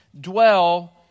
dwell